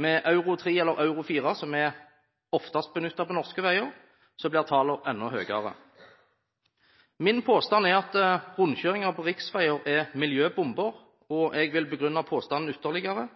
Med en Euro 3 eller Euro 4, som er oftest benyttet på norske veier, blir tallene enda høyere. Min påstand er at rundkjøringer på riksveier er miljøbomber, og jeg vil begrunne påstanden ytterligere.